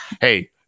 hey